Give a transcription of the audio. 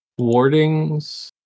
wardings